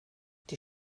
die